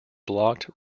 blocked